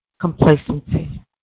Complacency